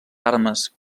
armes